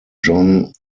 john